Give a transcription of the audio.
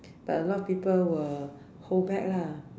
but a lot of people will hold back lah